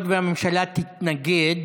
היות שהממשלה תתנגד,